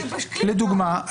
לדוגמה,